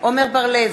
עמר בר-לב,